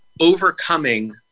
overcoming